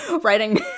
writing